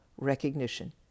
recognition